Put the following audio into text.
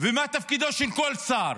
ומה תפקידו של כל שר.